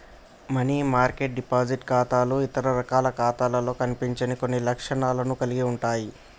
money market deposit ఖాతాలు ఇతర రకాల ఖాతాలలో కనిపించని కొన్ని లక్షణాలను కలిగి ఉంటయ్